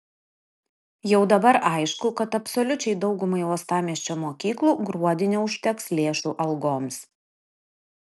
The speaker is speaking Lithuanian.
jau dabar aišku kad absoliučiai daugumai uostamiesčio mokyklų gruodį neužteks lėšų algoms